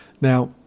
Now